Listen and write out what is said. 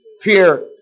fear